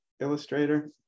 illustrator